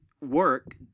work